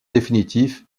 définitif